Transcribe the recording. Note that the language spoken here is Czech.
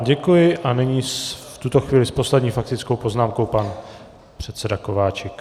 Děkuji a nyní v tuto chvíli s poslední faktickou poznámkou pan předseda Kováčik.